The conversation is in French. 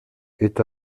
est